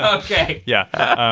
ah okay yeah.